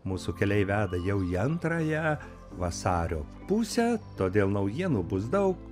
mūsų keliai veda jau į antrąją vasario pusę todėl naujienų bus daug